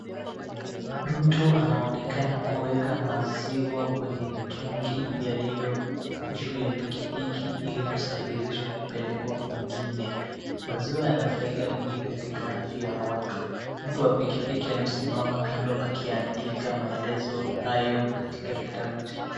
Mtu anonekana kuweka maziwa kwenye mitungi yaliyo juu ya piki piki ili kusafirishwa kupelekwa kwingine maziwa yana faida mingi katika afya ya watu mtu wa piki piki amesimama kando akiandika maelezo hayo katika kitabu chake.